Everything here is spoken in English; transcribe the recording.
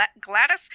Gladys